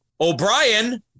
O'Brien